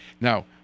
Now